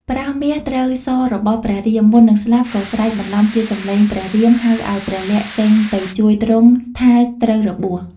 ប្រើសមាសត្រូវសររបស់ព្រះ រាម មុននឹងស្លាប់ក៏ស្រែកបន្លំជាសំឡេងព្រះរាមហៅឱ្យព្រះលក្សណ៍ចេញទៅជួយទ្រង់ថាត្រូវរបួស។